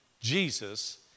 Jesus